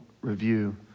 review